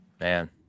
man